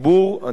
אני מאמין,